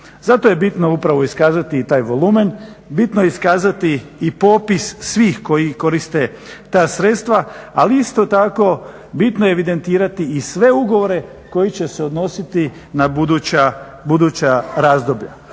Zato je bitno upravo iskazati i taj volumen, bitno je iskazati i popis svih koji koriste ta sredstva, ali isto tako bitno je evidentirati i sve ugovore koji će se odnositi na buduća razdoblja.